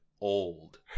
old